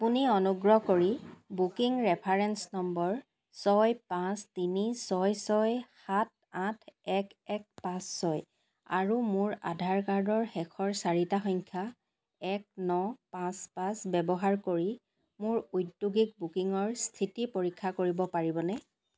আপুনি অনুগ্ৰহ কৰি বুকিং ৰেফাৰেঞ্চ নম্বৰ ছয় পাঁচ তিনি ছয় ছয় সাত আঠ এক এক পাঁচ ছয় আৰু মোৰ আধাৰ কাৰ্ডৰ শেষৰ চাৰিটা সংখ্যা এক ন পাঁচ পাঁচ ব্যৱহাৰ কৰি মোৰ ঔদ্যোগিক বুকিঙৰ স্থিতি পৰীক্ষা কৰিব পাৰিবনে